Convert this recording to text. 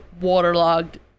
waterlogged